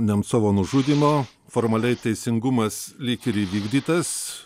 nemcovo nužudymo formaliai teisingumas lyg ir įvykdytas